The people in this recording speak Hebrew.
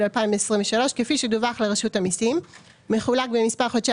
2023 כפי שדווח לרשות המסים מחולק במספר חודשי